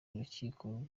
urukiko